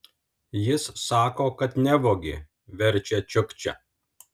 jis sako kad nevogė verčia čiukčia